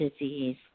disease